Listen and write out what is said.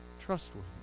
trustworthy